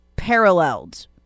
Paralleled